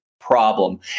problem